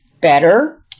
better